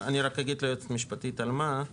אני רק אגיד ליועצת המשפטית על מה.